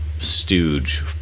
stooge